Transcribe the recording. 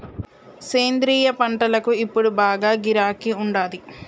సేంద్రియ పంటలకు ఇప్పుడు బాగా గిరాకీ ఉండాది